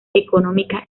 económicas